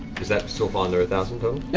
does that still fall under a thousand total?